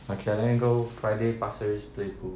okay ah then we go friday pasir ris play pool